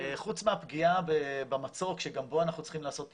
חוץ מהפגיעה במצוק שגם בו אנחנו צריכים לעשות טיפול,